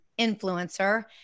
influencer